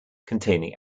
containing